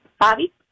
bobby